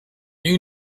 you